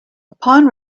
upon